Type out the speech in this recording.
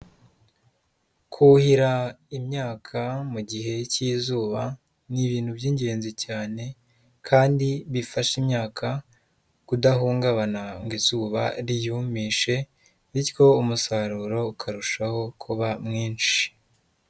Kuhira imyaka mu gihe cy'izuba, ni ibintu by'ingenzi cyane kandi bifasha imyaka kudahungabana ngo izuba riyumishe bityo umusaruro ukarushaho kuba mwinshi.